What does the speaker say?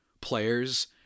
players